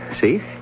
See